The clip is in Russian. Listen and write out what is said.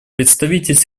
представитель